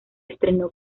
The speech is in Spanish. estrenó